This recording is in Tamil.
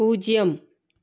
பூஜ்ஜியம்